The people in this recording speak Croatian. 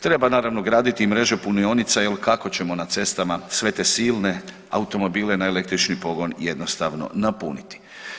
Treba naravno graditi i mreže punionica jer kako ćemo na cestama sve te silne automobile na električni pogon jednostavno napuniti.